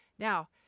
Now